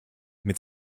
mit